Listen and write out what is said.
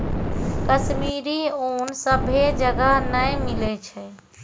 कश्मीरी ऊन सभ्भे जगह नै मिलै छै